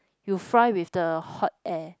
you fry with the hot air